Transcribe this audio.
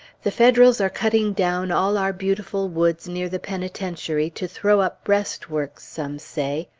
the federals are cutting down all our beautiful woods near the penitentiary, to throw up breastworks, some say.